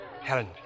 Helen